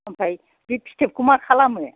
ओमफ्राय बे फिथोबखौ मा खालामो